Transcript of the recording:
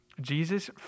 Jesus